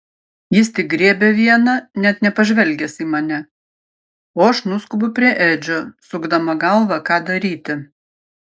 jis tik griebia vieną net nepažvelgęs į mane o aš nuskubu prie edžio sukdama galvą ką daryti